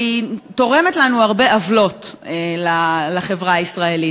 והיא תורמת לנו הרבה עוולות, לחברה הישראלית.